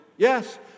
Yes